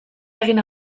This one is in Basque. egin